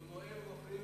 הוא נואם עכשיו, מפריעים